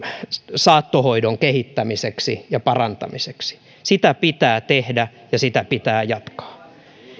saattohoidon kehittämiseksi ja parantamiseksi sitä pitää tehdä ja sitä pitää jatkaa